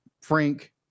Frank